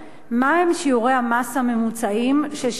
מה הם שיעורי המס הממוצעים ששילמו,